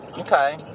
Okay